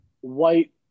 white